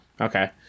Okay